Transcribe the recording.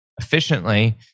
efficiently